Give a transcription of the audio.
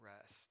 rest